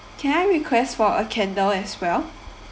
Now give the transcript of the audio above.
can I request for a candle as well